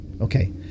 okay